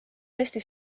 hästi